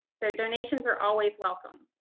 so donations are always welcome.